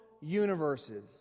universes